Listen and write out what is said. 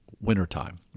wintertime